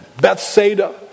Bethsaida